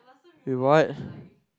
rewatch